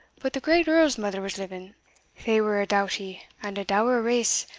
but the great earl's mither was living they were a doughty and a dour race,